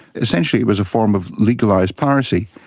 essentially it was a form of legalised piracy,